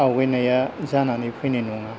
आवगायनाया जानानै फैनाय नङा